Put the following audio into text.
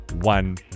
one